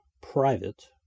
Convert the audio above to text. Private